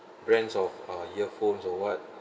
brands of uh earphones or what